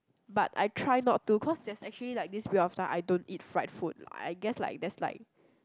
but I try not to cause there's actually like this period of time I don't eat fried food I guess like that's like